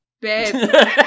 Babe